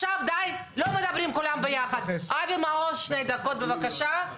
לא חשדנו בכם שחזרתם בכם מהרפורמה.